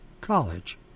College